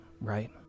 Right